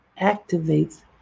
activates